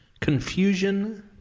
confusion